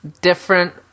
different